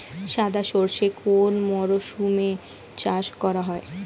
সাদা সর্ষে কোন মরশুমে চাষ করা হয়?